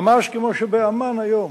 ממש כמו שבעמאן היום